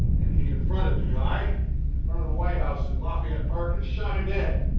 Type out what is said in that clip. and he confronted the guy in front of the white house, in lafayette park and shot him dead!